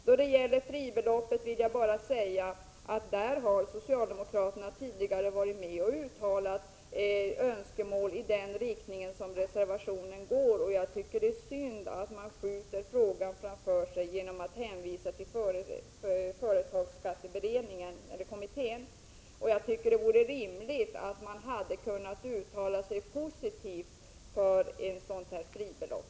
Då det gäller fribeloppet vill jag bara säga att där har socialdemokraterna tidigare varit med och uttalat önskemål i den riktning som avses i reservationen, och det är synd att man skjuter frågan framför sig genom att hänvisa till företagsskattekommittén. Det hade varit rimligt att uttala sig positivt för ett fribelopp.